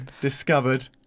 discovered